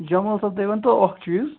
جمال صٲب تُہۍ ؤنۍتو اَکھ چیٖز